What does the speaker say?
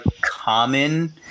common